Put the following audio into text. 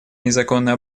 незаконный